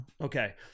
Okay